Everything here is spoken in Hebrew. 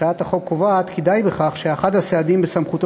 הצעת החוק קובעת כי די בכך שאחד הסעדים בסמכותו